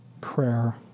Prayer